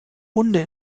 hunde